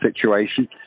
situation